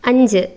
അഞ്ച്